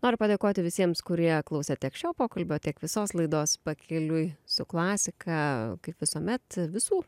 noriu padėkoti visiems kurie klausė tiek šio pokalbio tiek visos laidos pakeliui su klasika kaip visuomet visų